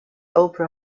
opera